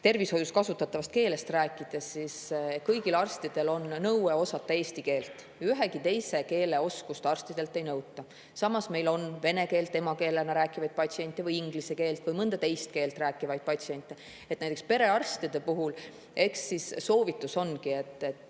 tervishoius kasutatavast keelest rääkides, siis kõigil arstidel on nõue osata eesti keelt. Ühegi teise keele oskust arstidelt ei nõuta. Samas meil on vene keelt emakeelena rääkivaid patsiente ja inglise keelt või mõnda teist keelt rääkivaid patsiente. Näiteks perearstide puhul soovitus ongi